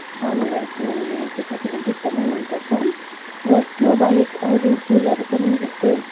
मलाई किनभने त्यो सकुलेन्ट एकदमै मनपर्छ र त्योबाहेक अरू फुलहरू पनि जस्तै